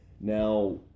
Now